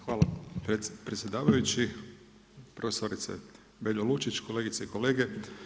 Hvala predsjedavajući, profesorice Beljo Lučić, kolegice i kolege.